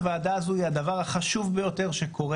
הוועדה הזו היא הדבר החשוב ביותר שקורה